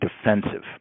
defensive